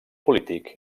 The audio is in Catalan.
polític